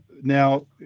now